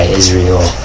israel